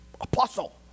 Apostle